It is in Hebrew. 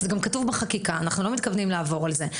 זה גם כתוב בחקיקה ואנחנו לא מתכוונים לעבור על זה.